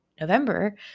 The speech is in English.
November